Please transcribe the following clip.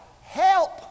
help